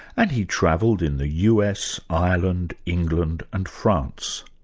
and he travelled in the us, ireland, england and france.